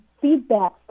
feedback